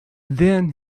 then